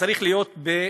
צריך להיות בתשתיות.